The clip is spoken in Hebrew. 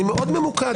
אני מאוד ממוקד.